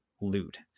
loot